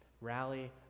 Rally